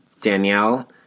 Danielle